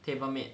table mate